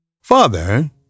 Father